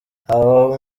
aba